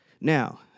Now